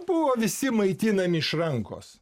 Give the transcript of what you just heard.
buvo visi maitinami iš rankos